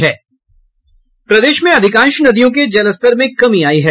प्रदेश में अधिकांश नदियों के जलस्तर में कमी आयी है